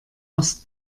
ost